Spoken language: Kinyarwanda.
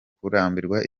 kurambirwa